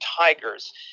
Tigers